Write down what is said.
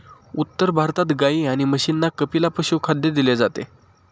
उत्तर भारतात गाई आणि म्हशींना कपिला पशुखाद्य दिले जाते